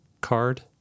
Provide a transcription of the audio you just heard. card